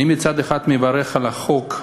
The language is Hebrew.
אני, מצד אחד, מברך על החוק,